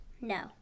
No